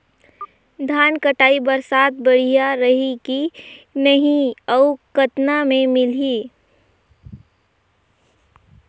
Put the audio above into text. धान कटाई बर साथ बढ़िया रही की नहीं अउ कतना मे मिलही?